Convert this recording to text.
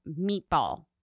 Meatball